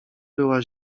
była